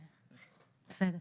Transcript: בסדר.